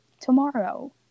tomorrow